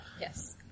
Yes